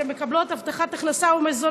מירב בן ארי (כולנו): לנשים שמקבלות הבטחת הכנסה ומזונות